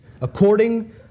according